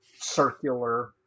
circular